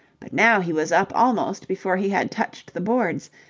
but now he was up almost before he had touched the boards,